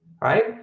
right